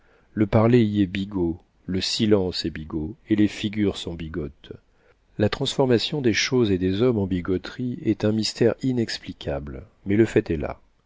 le parler y est bigot le silence est bigot et les figures sont bigotes la transformation des choses et des hommes en bigoterie est un mystère inexplicable mais le fait est là